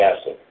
acid